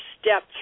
step